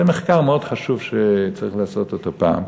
זה מחקר מאוד חשוב שצריך לעשות אותו פעם.